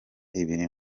ibiri